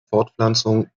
fortpflanzung